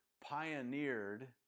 pioneered